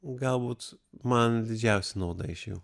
galbūt man didžiausia nauda iš jų